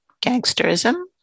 Gangsterism